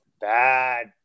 bad